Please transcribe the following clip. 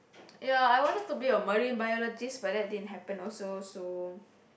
ya I wanted to be a marine biologist but then it didn't happen also so